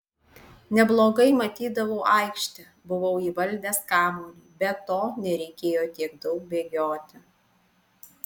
neblogai matydavau aikštę buvau įvaldęs kamuolį be to nereikėjo tiek daug bėgioti